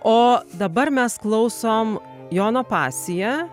o dabar mes klausom jono pasiją